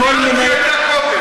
טירת צבי הייתה קודם.